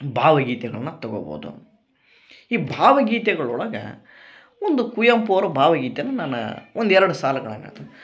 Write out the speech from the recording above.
ಭಾವಗೀತೆಗಳನ್ನ ತಗೊಬೋದು ಈ ಭಾವಗೀತೆಗಳೊಳಗ ಒಂದು ಕುವೆಂಪು ಅವರ ಭಾವಗೀತೆನ ನಾನು ಒಂದು ಎರಡು ಸಾಲುಗಳನ್ನ